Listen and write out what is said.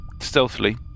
stealthily